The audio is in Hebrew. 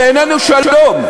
זה איננו שלום.